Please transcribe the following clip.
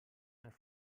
einen